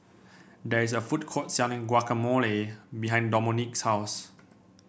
there is a food court selling Guacamole behind Domonique's house